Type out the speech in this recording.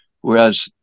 whereas